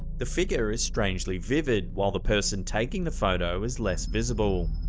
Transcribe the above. the figure is strangely vivid, while the person taking the photo is less visible.